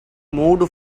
moved